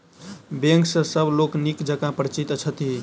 bank सॅ सभ लोक नीक जकाँ परिचित छथि